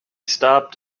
stopped